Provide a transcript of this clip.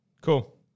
Cool